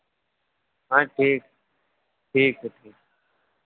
हाँ ठीक ठीक है ठीक है